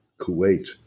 Kuwait